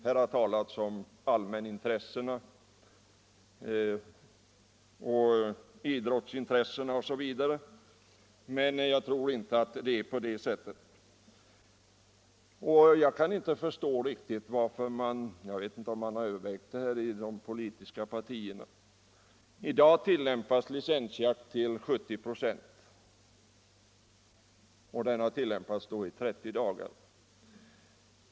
Här har talats om jägarnas allmänintressen, idrottsintressen osv., men jag tror inte att det är dessa intressen som är anledningen. Jag undrar om man verkligen har övervägt frågan inom de politiska partierna. I dag tillämpas licensjakt av 70 96 av jägarna, och den jakten pågår i 30 dagar.